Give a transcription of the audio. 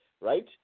right